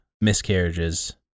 miscarriages